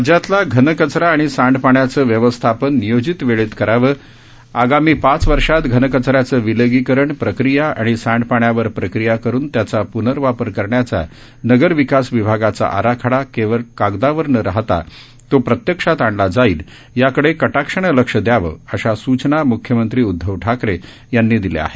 राज्यतला घनकचरा आणि सांडपाण्याच व्यवस्थापन नियोजित वेळेत कराव आगामी पाच वर्षात घनकचऱ्याच विलगीकरण प्रक्रिया आणि सांडपण्यावर प्रक्रिया करून त्याचा पुनर्वापर करण्याचा नगर विकास विभागाचा आराखडा केवळ कागदावर न राहता तो प्रत्यक्षात आणला जाईल याकडे कटाक्षान लक्ष दयाव अशा सूचना मुख्यमंत्री उदधव ठाकरे यांनी दिल्या आहेत